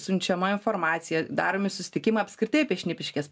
siunčiama informacija daromi susitikimai apskritai apie šnipiškes